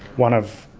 one of